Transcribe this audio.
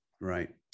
Right